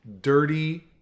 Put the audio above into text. dirty